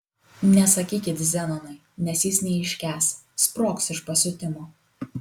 nesakykit zenonui nes jis neiškęs sprogs iš pasiutimo